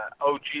OG